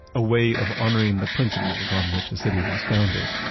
a way of honoring the principles on which a city was founded,